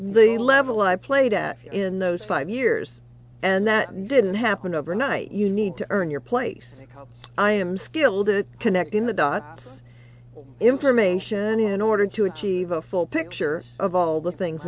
the level i played at in those five years and that didn't happen overnight you need to earn your place i am skilled to connect in the dots information in order to achieve a full picture of all the things